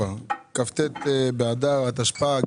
כ"ט באדר התשפ"ג,